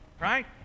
right